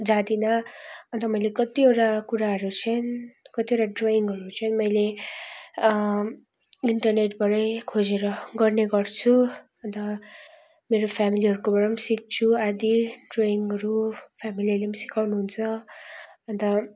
जाँदिनँ अन्त मैले कतिवटा कुराहरू चाहिँ कतिवटा ड्रयिङहरू चाहिँ मैले इन्टरनेटबाटै खोजेर गर्ने गर्छु अन्त मेरो फ्यामिलीहरूकोबाट सिक्छु आदि ड्रयिङहरू फ्यामिलीहरूले सिकाउनु हुन्छ अन्त